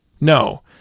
No